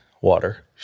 water